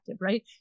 right